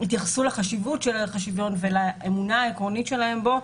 התייחסו לחשיבות של ערך השוויון ולאמונה העקרונית שלהם בו.